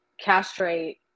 castrate